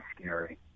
scary